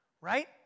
right